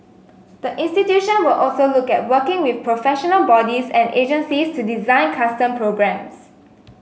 the institution will also look at working with professional bodies and agencies to design custom programmes